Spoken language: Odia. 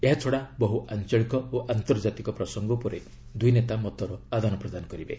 ଏହାଛଡ଼ା ବହୁ ଆଞ୍ଚଳିକ ଓ ଆନ୍ତର୍ଜାତିକ ପ୍ରସଙ୍ଗ ଉପରେ ଦୁଇ ନେତା ମତର ଆଦାନପ୍ରଦାନ କରିବେ